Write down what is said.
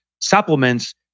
supplements